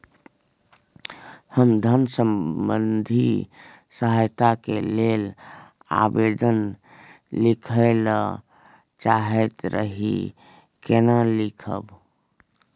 हम धन संबंधी सहायता के लैल आवेदन लिखय ल चाहैत रही केना लिखब?